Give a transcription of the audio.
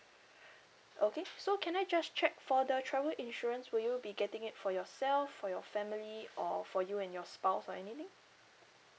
okay so can I just check for the travel insurance will you be getting it for yourself for your family or for you and your spouse or anything